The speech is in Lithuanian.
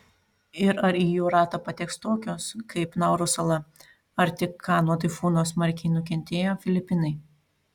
ir ar į jų ratą pateks tokios kaip nauru sala ar tik ką nuo taifūno smarkiai nukentėję filipinai